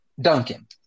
Duncan